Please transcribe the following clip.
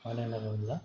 मानो होनना बुङोब्ला